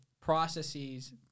processes